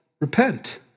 repent